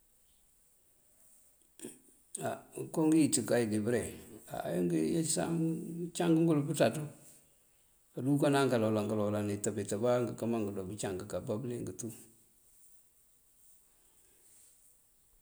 á ngënko ngëwiţ kay dí bëreŋ, ajá ngëye ncësan ngëëncangáangël pënţaţ káajúnkáanáa kalole kalole, intëb intëb akëëma angera bëëncang kábá bëëliyëng tú.